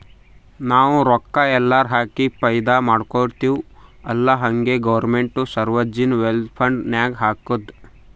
ನಾವು ರೊಕ್ಕಾ ಎಲ್ಲಾರೆ ಹಾಕಿ ಫೈದಾ ಮಾಡ್ಕೊತಿವ್ ಅಲ್ಲಾ ಹಂಗೆ ಗೌರ್ಮೆಂಟ್ನು ಸೋವರ್ಜಿನ್ ವೆಲ್ತ್ ಫಂಡ್ ನಾಗ್ ಹಾಕ್ತುದ್